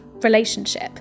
relationship